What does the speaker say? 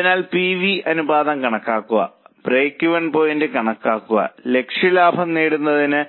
അതിനാൽ P V അനുപാതം കണക്കാക്കുക ബ്രേക്ക് ഈവൻ പോയിന്റ് കണക്കാക്കുക ലക്ഷ്യ ലാഭം നേടുന്നതിന്